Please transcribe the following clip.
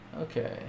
Okay